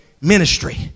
ministry